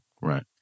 Right